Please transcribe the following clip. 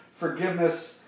forgiveness